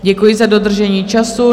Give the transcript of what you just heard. Děkuji za dodržení času.